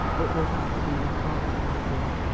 it will have to be an apartment, my dear,